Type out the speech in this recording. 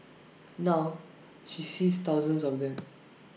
now she sees thousands of them